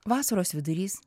vasaros vidurys